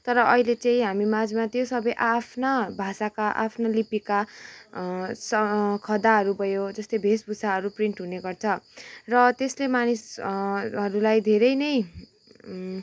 तर अहिले चाहिँ हामी माझमा त्यो सबै आ आफ्ना भाषाका आफ्ना लिपिका स खदाहरू भयो जस्तै वेशभूषाहरू प्रिन्ट हुने गर्छ र त्यसले मानिस हरूलाई धेरै नै